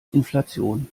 inflation